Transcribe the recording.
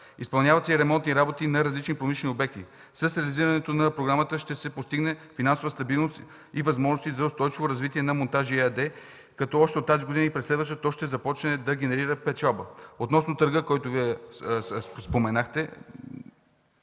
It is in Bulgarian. Изпълняват се и ремонтни работи на различни промишлени обекти. С реализирането на програмата ще се постигне финансова стабилност и възможности за устойчиво развитие на „Монтажи” ЕАД, като още от тази година и през следващата то ще започне да генерира печалба. Относно търга, който Вие споменахте,